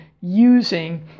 using